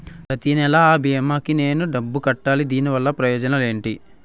ప్రతినెల అ భీమా కి నేను డబ్బు కట్టాలా? దీనివల్ల ప్రయోజనాలు ఎంటి?